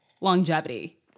longevity